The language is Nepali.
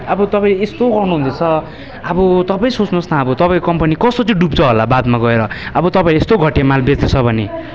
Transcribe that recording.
अब तपाईँ यस्तो गर्नु हुँदैछ अब तपाईँ सोच्नुहोस् न अब तपाईँको कम्पनी कस्तो चाहिँ डुब्छ होला बादमा गएर अब तपाईँले यस्तो घटिया माल बेच्दैछ भने